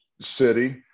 city